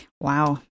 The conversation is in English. Wow